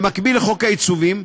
במקביל לחוק העיצובים,